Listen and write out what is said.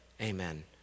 Amen